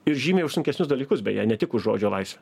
ir žymiai už sunkesnius dalykus beje ne tik už žodžio laisvę